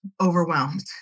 overwhelmed